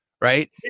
right